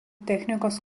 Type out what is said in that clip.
technikos